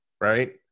right